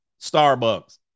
Starbucks